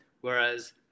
Whereas